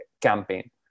campaign